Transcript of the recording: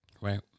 right